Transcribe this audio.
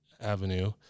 Avenue